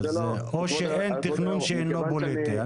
או שאין תכנון שאינו פוליטי.